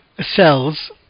Cells